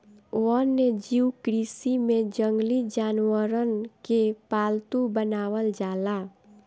वन्यजीव कृषि में जंगली जानवरन के पालतू बनावल जाला